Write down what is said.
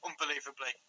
unbelievably